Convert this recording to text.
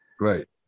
Right